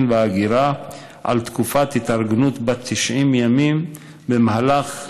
וההגירה על תקופת התארגנות בת 90 ימים למהלך.